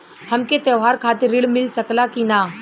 हमके त्योहार खातिर त्रण मिल सकला कि ना?